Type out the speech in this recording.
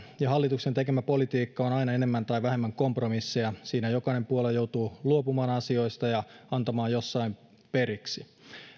ja hallituksen tekemä politiikka on aina enemmän tai vähemmän kompromisseja siinä jokainen puolue joutuu luopumaan asioista ja antamaan jossain periksi